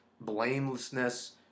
blamelessness